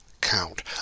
count